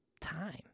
time